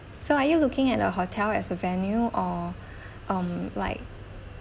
so are you looking at a hotel as a venue or um like